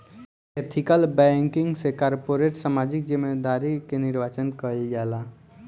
ethical banking से corporate सामाजिक जिम्मेदारी के निर्वाचन कईल जाला